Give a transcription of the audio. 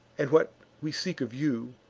and, what we seek of you,